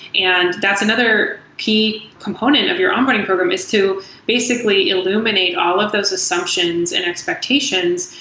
and that's another key component of your onboarding program is to basically illuminate all of those assumptions and expectations.